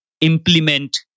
implement